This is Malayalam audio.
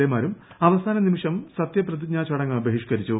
എമാരും അവസാന നിമിഷം സത്യപ്രതിജ്ഞാ ചടങ്ങ് ബഹിഷ്ക്കരിച്ചു